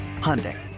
Hyundai